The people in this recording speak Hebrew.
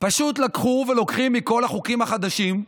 פשוט לקחו ולוקחים מכל החוקים החדשים,